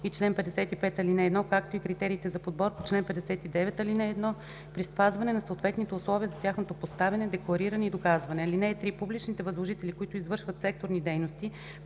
и чл. 55, ал. 1, както и критериите за подбор по чл. 59, ал. 1 при спазване на съответните условия за тяхното поставяне, деклариране и доказване. (3) Публичните възложители, които извършват секторни дейности,